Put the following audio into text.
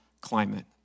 climate